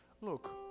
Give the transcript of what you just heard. Look